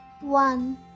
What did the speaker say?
One